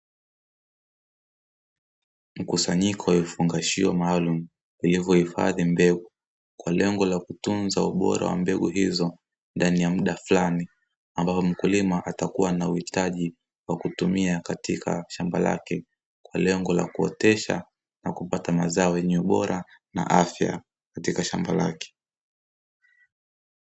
Mkusanyiko wa vifungashio maalumu vilivyo hifadhi mbegu kwa lengo la kutunza ubora wa mbegu hizo ndani ya muda fulani, ambapo mkuliwa atakuwa na uhitaji wa kutumia katika shamba lake kwa lengo la kuotesha na kupata mazao yenye ubora na afya katika shamba lake.